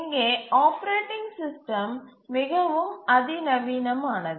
இங்கே operating system மிகவும் அதிநவீனமானது